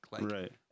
Right